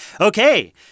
Okay